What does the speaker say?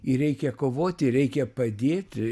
ir reikia kovoti reikia padėti